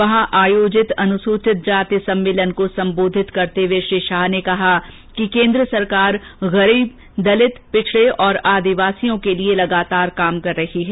वहां आयोजित अनुसूचित जाति सम्मेलन को सम्बोधित करते हुए श्री शाह ने कहा कि केन्द्र सरकार गरीब दलित पिछड़े और आदिवासियों के लिए निरंतर काम कर रही है